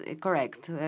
correct